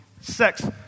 Sex